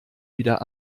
wieder